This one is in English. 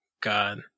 God